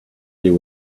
you